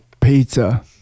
pizza